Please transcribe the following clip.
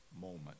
moment